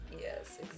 Yes